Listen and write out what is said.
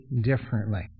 differently